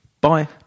Bye